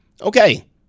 Okay